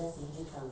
mmhmm